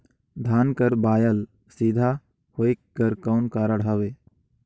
धान कर बायल सीधा होयक कर कौन कारण हवे?